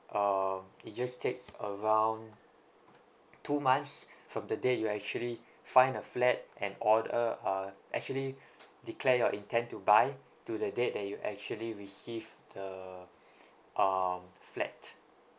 uh it just takes around two months from the day you actually find a flat and order uh actually declare your intent to buy to the date that you actually receive the um flat